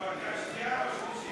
בקריאה שנייה או שלישית?